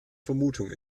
vermutung